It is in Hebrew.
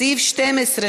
סעיפים 12,